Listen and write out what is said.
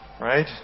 right